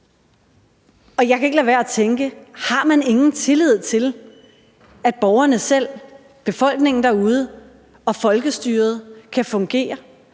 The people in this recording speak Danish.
Jeg kan ikke lade være med at tænke: Har man ingen tillid til, at borgerne selv – befolkningen derude – og folkestyret kan fungere?